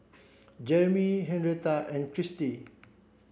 Jeremey Henretta and Cristy